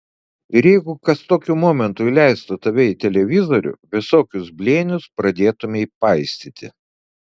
ir jeigu kas tokiu momentu įleistų tave į televizorių visokius blėnius pradėtumei paistyti